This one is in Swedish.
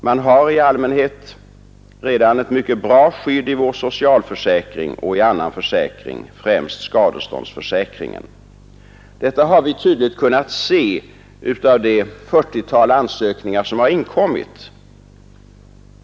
Man har i allmänhet redan ett mycket bra skydd i vår socialförsäkring och i annan försäkring, främst skadeståndsförsäkringen. Detta har vi tydligt kunnat se av det 40-tal ansökningar som inkommit.